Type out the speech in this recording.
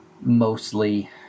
mostly